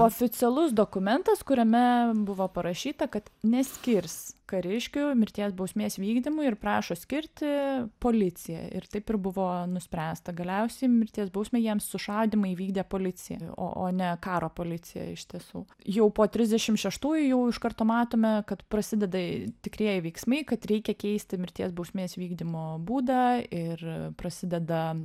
oficialus dokumentas kuriame buvo parašyta kad neskirs kariškių mirties bausmės vykdymui ir prašo skirti policiją ir taip ir buvo nuspręsta galiausiai mirties bausmę jiems sušaudymą įvykdė policija o o ne karo policija iš tiesų jau po trisdešim šeštųjų jau iš karto matome kad prasideda tikrieji veiksmai kad reikia keisti mirties bausmės vykdymo būdą ir prasideda